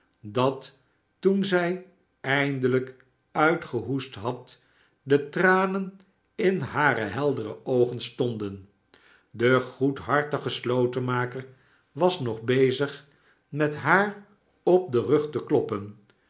dat toen zij eindelijk uitgehoest had de tranen in hare heldere oogen stonden de goedhartige slotenmaker was nog bezig met haar op den rug te kloppen